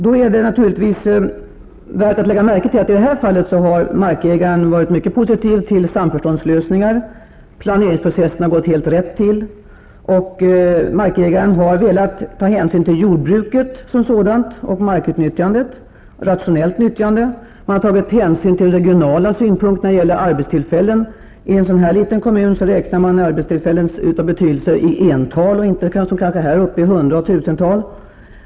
Det är naturligtvis värt att lägga märke till att markägaren i detta fall har varit mycket positiv till samförståndslösningar och har velat ta hänsyn till jordbruket som sådant och markutnyttjandet -- ett rationellt nyttjande. Planeringsprocessen har gått helt rätt till. Man har tagit hänsyn till regionala synpunkter i fråga om arbetstillfällen; i en så här liten kommun räknar man arbetstillfällen i ental som betydelsefulla -- inte i hundratal och tusental, som här uppe.